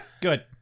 Good